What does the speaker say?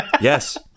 Yes